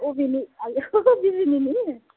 अबेनि आयौ बिजिनिनि